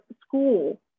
school